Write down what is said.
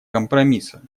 компромисса